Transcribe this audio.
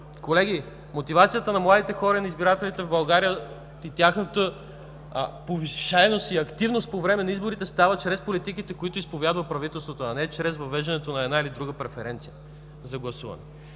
Колеги, мотивацията на младите хора, на избирателите в България и тяхната повишеност и активност по време на изборите става чрез политиките, които изповядва правителството, а не чрез въвеждането на една или друга преференция за гласуване.